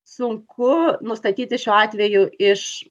sunku nustatyti šiuo atveju iš